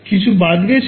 কিছু বাদ গেছিল